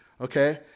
okay